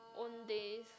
Owndays